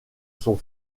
son